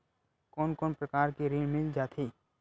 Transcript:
कोन कोन प्रकार के ऋण मिल जाथे?